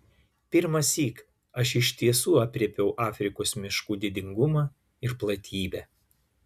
pirmąsyk aš iš tiesų aprėpiau afrikos miškų didingumą ir platybę